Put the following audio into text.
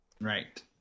Right